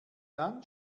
dann